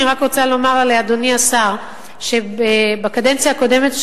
אני רק רוצה לומר לאדוני השר שבקדנציה הקודמת,